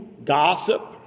Gossip